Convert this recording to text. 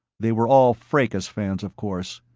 they were all fracas fans, of course.